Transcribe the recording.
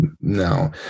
No